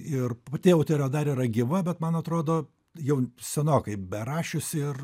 ir pati autorė dar yra gyva bet man atrodo jau senokai berašius ir